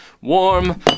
warm